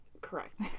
Correct